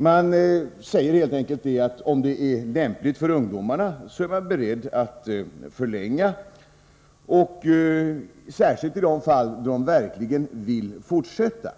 Man säger helt enkelt att om det är lämpligt för ungdomarna är man beredd att förlänga tiden, särskilt i de fall ungdomarna verkligen vill fortsätta.